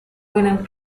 william